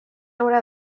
haurà